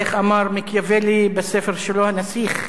איך אמר מקיאוולי בספר שלו "הנסיך"?